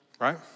Right